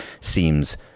seems